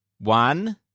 one